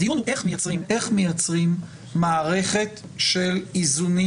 הדיון הוא איך מייצרים מערכת של איזונים